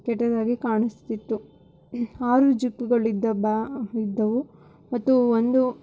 ಕೆಟ್ಟದಾಗಿ ಕಾಣಿಸುತಿತ್ತು ಆರು ಜಿಪ್ಪುಗಳು ಇದ್ದ ಬ್ಯಾ ಇದ್ದವು ಮತ್ತು ಒಂದು